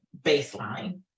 baseline